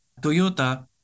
Toyota